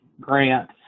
grant